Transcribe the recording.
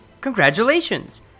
Congratulations